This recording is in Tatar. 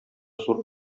зур